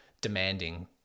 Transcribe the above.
demanding